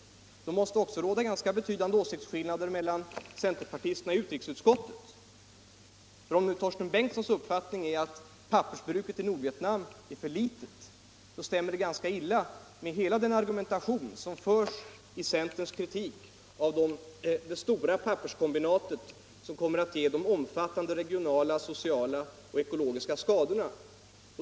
Det måste också råda ganska betydande sådana mellan centerpartisterna i utrikesutskottet. Ty om herr Torsten Bengtsons uppfattning är den att pappersbruket i Nordvietnam skulle bli för litet, stämmer det ganska illa med den argumentation som förs i centerns kritik av det stora papperskombinatet, som kommer att ge omfattande regionala; sociala och ekologiska skador.